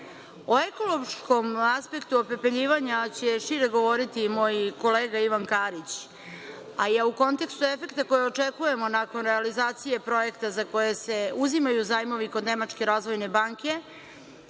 ekološkom aspektu opepeljivanja će šire govoriti moj kolega Ivan Karić, a u kontekstu efekta koje očekujemo nakon realizacije projekta za koji se uzimaju zajmovi kod Nemačke razvojne banke